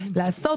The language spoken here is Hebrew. לעשות.